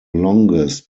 longest